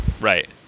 Right